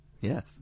Yes